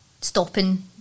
stopping